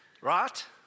Right